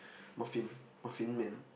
muffin muffin man